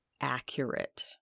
accurate